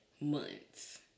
months